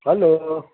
hello